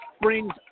brings